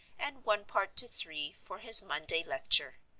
and one part to three for his monday lecture.